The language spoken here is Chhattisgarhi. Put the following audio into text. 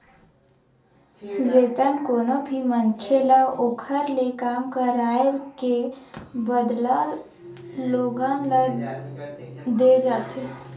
वेतन कोनो भी मनखे ल ओखर ले काम कराए के बदला लोगन ल देय जाथे